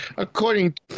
according